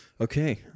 Okay